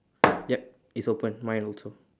yup it's open mine also